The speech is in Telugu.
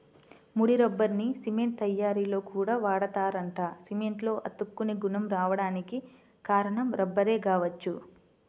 ముడి రబ్బర్ని సిమెంట్ తయ్యారీలో కూడా వాడతారంట, సిమెంట్లో అతుక్కునే గుణం రాడానికి కారణం రబ్బరే గావచ్చు